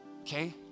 okay